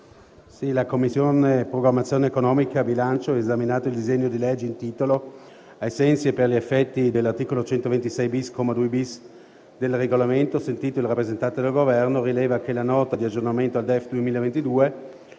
La Commissione programmazione economica, bilancio, esaminato il disegno di legge in titolo, ai sensi e per gli effetti dell'articolo 126-*bis*, comma 2-*bis*, del Regolamento, sentito il rappresentante del Governo, rileva che la Nota di aggiornamento al DEF 2022,